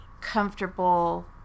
comfortable